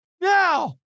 now